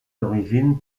d’origine